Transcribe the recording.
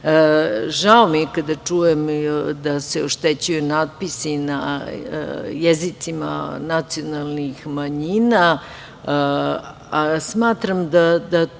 mi je kada čujem da se oštećuju natpisi na jezicima nacionalnih manjina i smatram da to